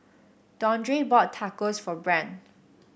Dondre bought Tacos for Brandt